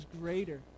greater